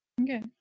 Okay